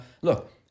Look